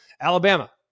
Alabama